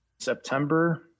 September